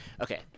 Okay